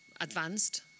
advanced